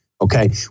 Okay